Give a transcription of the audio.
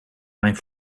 mijn